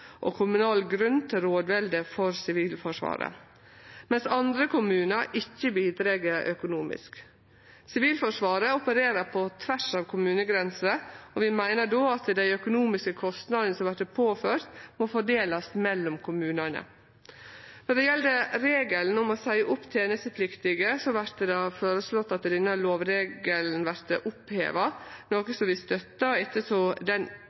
og kommunal grunn til rådvelde for Sivilforsvaret, mens andre kommunar ikkje bidreg økonomisk. Sivilforsvaret opererer på tvers av kommunegrenser, og vi meiner då at dei økonomiske kostnadene som vert påførte, må fordelast mellom kommunane. Når det gjeld regelen om å seie opp tenestepliktige, vert det føreslått at denne lovregelen vert oppheva,